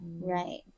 Right